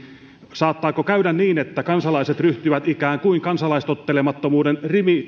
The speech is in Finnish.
saattaako käydä niin että kansalaiset ryhtyvät ikään kuin kansalaistottelemattomuuden